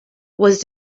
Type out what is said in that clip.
was